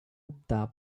optar